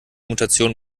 mutation